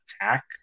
attack